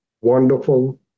wonderful